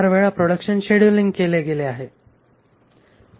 4 वेळा production scheduling केले गेले आहे